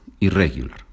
irregular